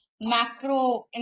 macro